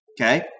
Okay